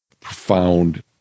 profound